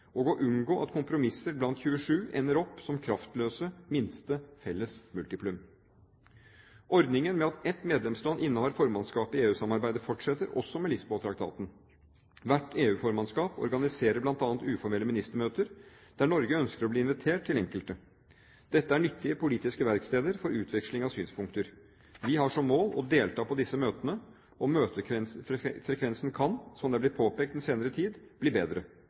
og å unngå at kompromisser blant 27 ender opp som kraftløse minste felles multiplum. Ordningen med at ett medlemsland innehar formannskapet i EU-samarbeidet, fortsetter, også med Lisboa-traktaten. Hvert EU-formannskap organiserer bl.a. uformelle ministermøter, der Norge ønsker å bli invitert til enkelte. Dette er nyttige politiske verksteder for utveksling av synspunkter. Vi har som mål å delta på disse møtene, og møtefrekvensen kan, slik det er blitt påpekt den senere tid, bli bedre.